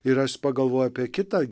ir aš pagalvojau apie kitą